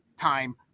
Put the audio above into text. time